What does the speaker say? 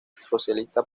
socialista